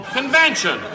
convention